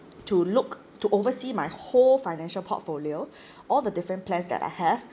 to look to oversee my whole financial portfolio all the different plans that I have